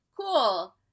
Cool